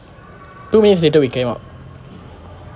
two minutes later we came out